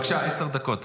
בבקשה, עשר דקות.